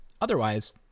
Otherwise